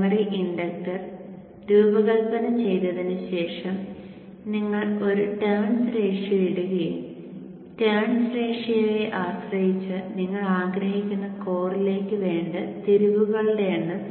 primary inductor രൂപകൽപ്പന ചെയ്തതിന് ശേഷം നിങ്ങൾ ഒരു ടേൺസ് റേഷ്യോ ഇടുകയും ടേൺസ് റേഷ്യോയെ ആശ്രയിച്ച് നിങ്ങൾ ആഗ്രഹിക്കുന്ന കോറിലേക്കു വേണ്ട തിരിവുകളുടെ എണ്ണം